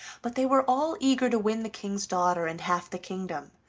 but they were all eager to win the king's daughter and half the kingdom,